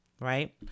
right